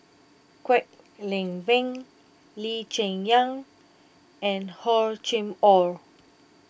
Kwek Leng Beng Lee Cheng Yan and Hor Chim or